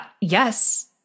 Yes